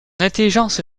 intelligence